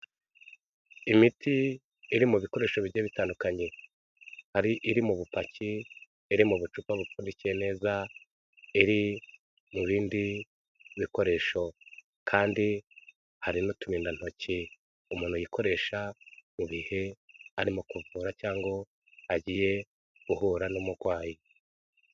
Imiti iri mu bikoresho bigiye bitandukanye hari iri mu bupaki, iri mu bucupa bukurikiranye neza, iri mu bindi bikoresho kandi hari n'uturindantoki umuntu yikoresha mu gihe arimo kuvura cyangwa agiye guhura n'umurwayi.